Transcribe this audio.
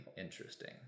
interesting